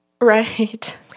Right